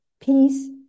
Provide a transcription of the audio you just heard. peace